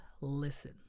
listen